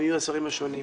ומי יהיו השרים השונים.